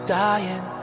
dying